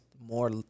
more